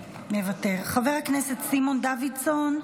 מוותר, חבר הכנסת סימון דוידסון,